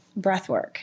breathwork